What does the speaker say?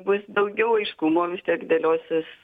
bus daugiau aiškumo vis tiek dėliosis